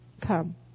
Come